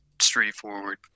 straightforward